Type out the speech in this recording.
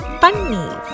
funny